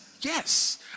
Yes